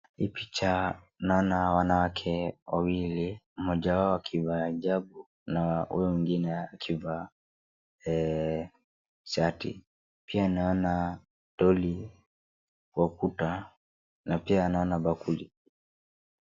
Hii picha naona wanawake wawili mmoja wao akivaa hijabu na huyo mwingine akivaa shati. Pia naona doli kwa ukuta na pia naona bakuli.